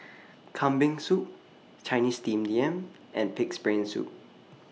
Kambing Soup Chinese Steamed Yam and Pig'S Brain Soup